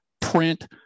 print